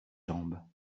jambes